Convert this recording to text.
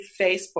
Facebook